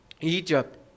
Egypt